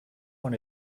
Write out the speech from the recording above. one